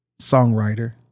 songwriter